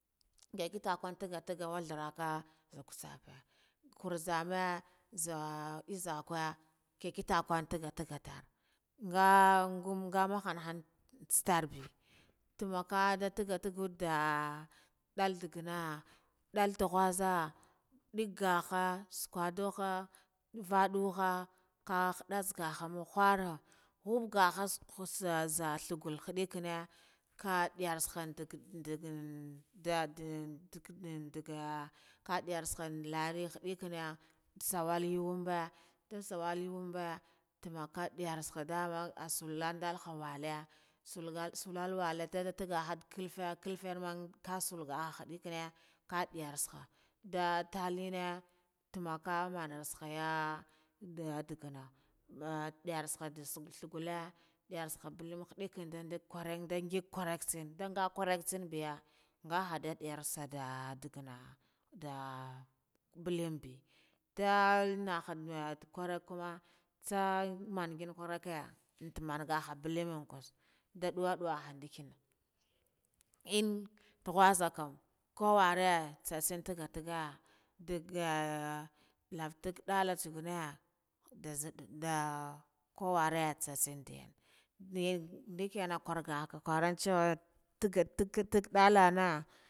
Nga kitakwe nkurzame ah izakwa nki kitakwa an ntaga tagu nga nga muhanhan ntsatarbe tumanka nda tuga tugada dal ndagana ndal tukhu za ndi gaha sukha daha nva duha kah khuda ntsaka gaduha nkhura khub ganha tsukwa nza, thagu nghidikine kha diyar tsaha didin da dididn ndiga ah digar hantsaka hadikkine sawal yu wenbe nda sawal yu wenbe tumaka diyar tsaka nduman salan dalha walle sagal salal walle ndu dalga tagga kilfe kilfen man kah salga hidikine kah diyar hatsaka nda tallene ntumanka mana tsahaya, nda daggana nda diyarha dag thagale diyarha mbulne nada ndag kwerik nda ngig kwerik nga kwerik tsan biya, nga hadu diyartsa nda daggana nda mbleyan bi, nda naha daga kwerik kuma tsah man ngig kwerike tamangaha mbulme nda duwe duwa in tuwaza kam kuwari tsa tsan tagga tagga daga, lave tagga dallah tsuguna dah nzidd dah kwari tsa tsan diya ntagga tagga dalla na.